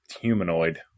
humanoid